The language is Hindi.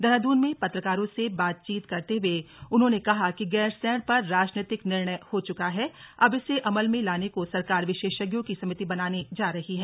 देहरादून में पत्रकारों से बातचीत करते हुए उन्होंने कहा कि गैरसैंण पर राजनैतिक निर्णय हो चुका है अब इसे अमल में लाने को सरकार विशेषज्ञों की समिति बनाने जा रही है